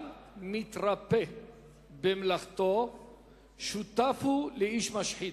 גם מתרפה במלאכתו שותף הוא לאיש משחית.